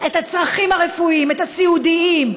בעלי הצרכים הרפואיים, הסיעודיים,